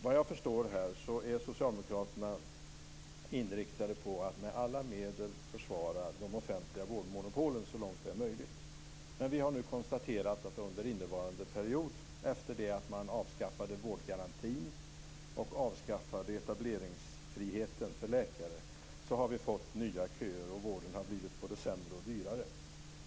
Vad jag förstår är socialdemokraterna inriktade på att med alla medel försvara de offentliga vårdmonopolen så lång det är möjligt. Vi har nu konstaterat att vi under innevarande period, efter att man avskaffade vårdgarantin och etableringsfriheten för läkare, har får nya köer. Vården har blivit både sämre och dyrare.